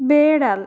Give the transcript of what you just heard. বেড়াল